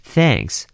Thanks